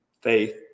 faith